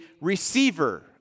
receiver